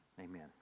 amen